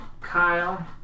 Kyle